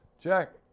Jack